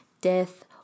death